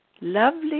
Lovely